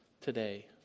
today